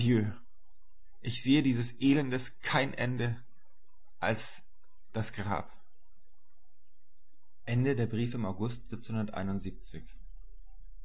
ich sehe dieses elendes kein ende als das grab am